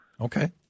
Okay